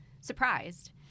surprised